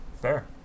Fair